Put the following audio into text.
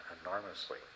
enormously